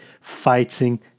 fighting